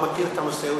הוא מכיר את הנושא,